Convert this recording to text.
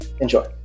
Enjoy